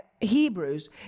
Hebrews